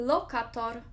Lokator